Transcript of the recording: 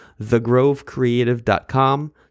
thegrovecreative.com